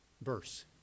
verse